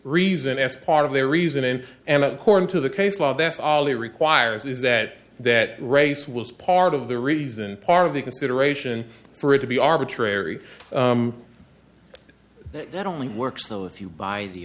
reason as part of their reasoning and according to the case law that's all it requires is that that race was part of the reason part of the consideration for it to be arbitrary that only works so if you buy the